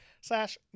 slash